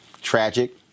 tragic